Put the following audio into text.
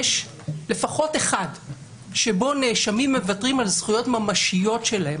יש לפחות אחד שבו נאשמים מוותרים על זכויות ממשיות שלהם,